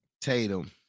Tatum